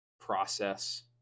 Process